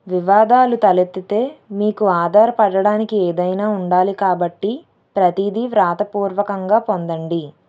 వివాదాలు తలెత్తితే మీకు ఆధారపడడానికి ఏదైనా ఉండాలి కాబట్టి ప్రతిదీ వ్రాతపూర్వకంగా పొందండి